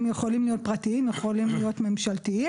הם יכולים להיות פרטיים והם יכולים להיות ממשלתיים,